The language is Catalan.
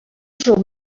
zoom